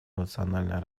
национальное